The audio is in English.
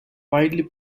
widely